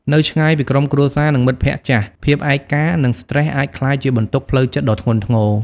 នៅឆ្ងាយពីក្រុមគ្រួសារ និងមិត្តភក្តិចាស់ ភាពឯកា និងស្ត្រេសអាចក្លាយជាបន្ទុកផ្លូវចិត្តដ៏ធ្ងន់ធ្ងរ ។